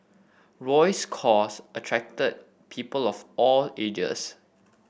Roy's cause attracted people of all ages